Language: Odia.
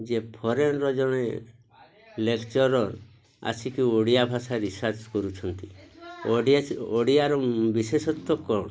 ଯେ ଫରେନ୍ର ଜଣେ ଲେକ୍ଚରର୍ ଆସିକି ଓଡ଼ିଆ ଭାଷା ରିସର୍ଚ କରୁଛନ୍ତି ଓଡ଼ିଆ ଓଡ଼ିଆର ବିଶେଷତ୍ୱ କ'ଣ